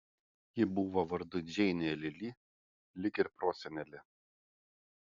ji buvo vardu džeinė lili lyg ir prosenelė